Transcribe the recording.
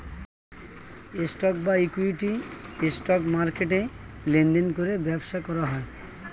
stock বা equity, stock মার্কেটে লেনদেন করে ব্যবসা করা হয়